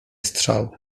strzał